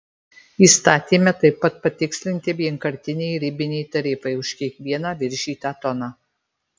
įstatyme taip pat patikslinti vienkartiniai ribiniai tarifai už kiekvieną viršytą toną